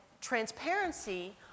transparency